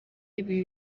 ibi